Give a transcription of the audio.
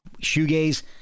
shoegaze